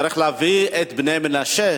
צריך להביא את בני המנשה.